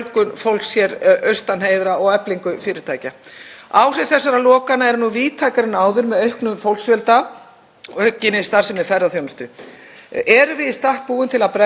Erum við í stakk búin til að bregðast við auknum ferðamannastraumi og auknum umsvifum á svæðinu? Er ríkisvaldið að halda í við þessa ánægjulega fjölgun íbúa og eflingu fyrirtækja fyrir austan fjall?